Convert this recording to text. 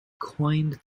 coined